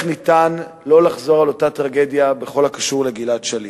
ניתן לא לחזור על אותה טרגדיה בכל הקשור לגלעד שליט,